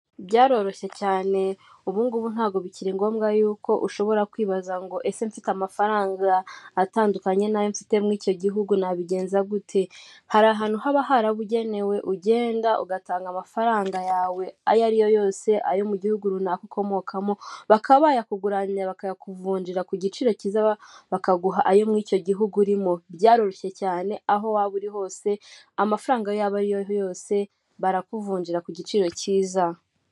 Byaroroshye cyane ubu ngubu ntago bikiri ngombwa yuko ushobora kwibaza ngo ese mfite amafaranga atandukanye n'ayo mfite mu icyo gihugu nabigenza guteH hari ahantu haba harabugenewe ugenda ugatanga amafaranga yawe ayo ari yo yose, ayo mu gihugu runaka ukomokamo, bakaba bayakuguranya bakayakuvungira ku giciro kiza bakaguha ayo muri icyo gihugu urimo. Byaroroshye cyane aho waba uri hose amafaranga yaba ayo ariyo yose barakuvungira ku giciro kiza.